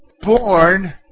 born